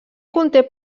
conté